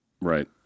right